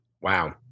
wow